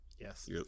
Yes